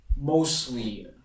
mostly